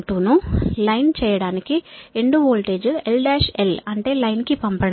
12 ను లైన్ చేయడానికి end voltage L dash L అంటే లైన్ కి పంపడం